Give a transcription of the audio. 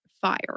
fire